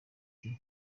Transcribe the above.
ati